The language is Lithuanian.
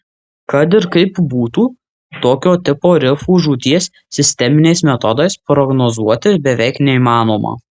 kad ir kaip būtų tokio tipo rifų žūties sisteminiais metodais prognozuoti beveik neįmanoma